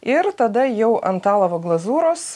ir tada jau ant alavo glazūros